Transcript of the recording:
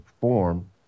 form